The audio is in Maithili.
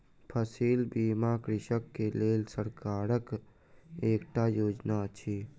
फसिल बीमा कृषक के लेल सरकारक एकटा योजना अछि